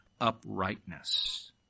uprightness